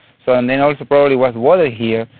so and then also probably was water here,